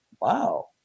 Wow